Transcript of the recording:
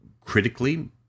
critically